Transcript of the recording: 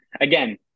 again